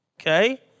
okay